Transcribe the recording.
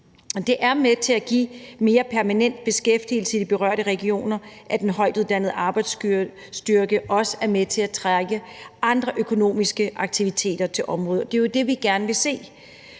Det er med til at give mere permanent beskæftigelse i de berørte regioner, at den højtuddannede arbejdsstyrke også er med til at trække andre økonomiske aktiviteter til området. Det er det, vi gerne vil se,